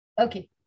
Okay